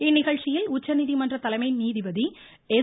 இந்நிகழ்ச்சியில் உச்சநீதிமன்ற தலைமை நீதிபதி எஸ்